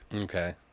Okay